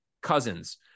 Cousins